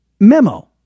memo